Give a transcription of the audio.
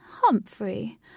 Humphrey